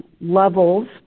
levels